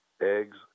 eggs